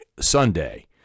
Sunday